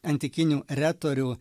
antikinių retorių